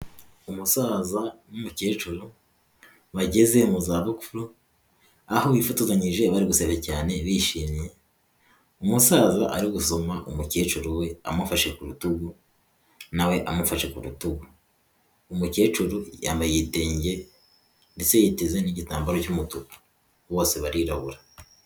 Umusaza n'umukecuru bageze mu za bukuru aho bifotozanyije bari guseka cyane bishimye, umusaza ari gusoma umukecuru we amufashe ku rutugu nawe amufashe ku rutugu, umukecuru yambaye igitenge ndetse yiteze n'igitambaro cy'umutuku bose barirabura.